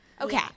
Okay